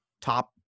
top